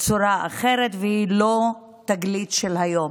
צורה אחרת, והיא לא תגלית של היום.